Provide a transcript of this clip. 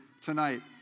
tonight